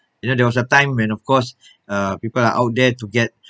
you know there was a time when of course uh people are out there to get